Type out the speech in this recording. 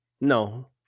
No